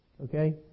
Okay